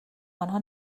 آنها